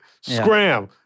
Scram